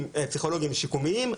פסיכולוגים שיקומיים,